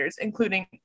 including